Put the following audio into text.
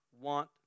want